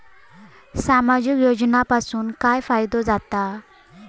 सामाजिक योजनांपासून काय फायदो जाता?